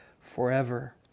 forever